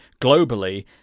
globally